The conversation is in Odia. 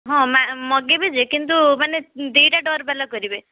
ହଁ ମଗାଇବେ ଯେ କିନ୍ତୁ ମାନେ ଦୁଇଟା ଡୋରବାଲା କରିବେ